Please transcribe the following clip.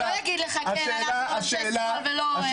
הוא לא יגיד לך כן על התלונות של השמאל ולא זה.